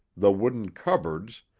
the wooden cupboards,